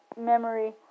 memory